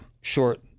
short